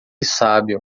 sábio